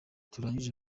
turangije